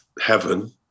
heaven